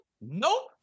Nope